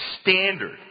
standard